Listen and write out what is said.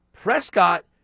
Prescott